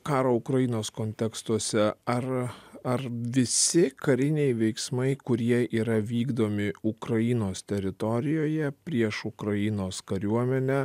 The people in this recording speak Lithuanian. karo ukrainos kontekstuose ar ar visi kariniai veiksmai kurie yra vykdomi ukrainos teritorijoje prieš ukrainos kariuomenę